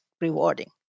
rewarding